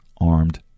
armed